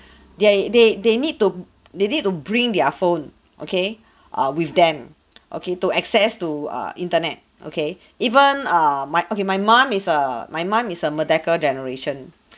they they they need to they need to bring their phone okay err with them okay to access to err internet okay even err my okay my mom is a my mum is a merdeka generation